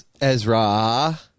Ezra